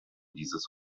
dieses